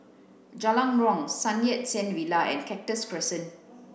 Jalan Riang Sun Yat Sen Villa and Cactus Crescent